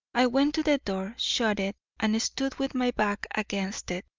i went to the door, shut it, and stood with my back against it,